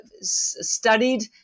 studied